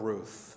Ruth